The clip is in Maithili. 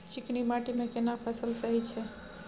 चिकनी माटी मे केना फसल सही छै?